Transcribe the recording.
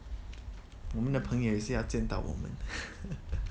我们的朋友也是要见到我们